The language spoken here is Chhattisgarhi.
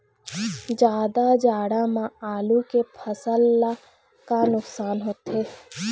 जादा जाड़ा म आलू के फसल ला का नुकसान होथे?